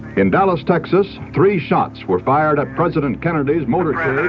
in dallas, texas, three shots were fired at president kennedy's motorcade.